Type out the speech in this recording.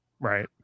Right